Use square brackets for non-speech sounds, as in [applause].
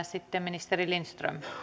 [unintelligible] sitten ministeri lindström